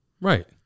Right